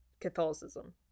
catholicism